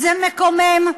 זה מקומם,